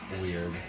weird